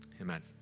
amen